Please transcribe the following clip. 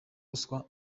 ruswa